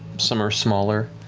some are smaller,